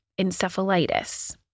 encephalitis